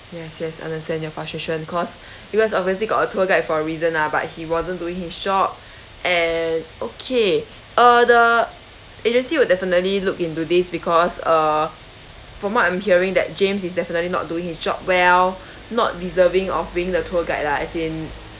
yes yes understand your frustration cause because obviously got a tour guide for a reason lah but he wasn't doing his job and okay uh the agency will definitely look into this because uh from what I'm hearing that james is definitely not doing his job well not deserving of being the tour guide lah as in